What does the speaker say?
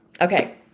Okay